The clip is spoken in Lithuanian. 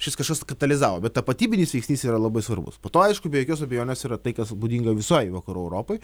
šis kažkas katalizavo bet tapatybinis veiksnys yra labai svarbus po to aišku be jokios abejonės yra tai kas būdinga visoj vakarų europoj